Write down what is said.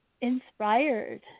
inspired